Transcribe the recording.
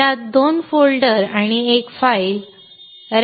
यात दोन फोल्डर आणि एक फाईल readme